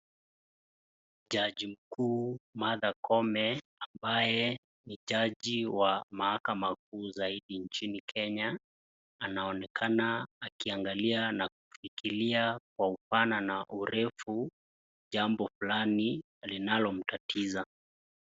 Jaji mkuu Martha Koome ambaye ni jaji wa mahakama kuu zaidi nchini Kenya, anaonekana akiangalia na kufirikia kwa upana na urefu jambo fulani linalo mtatiza.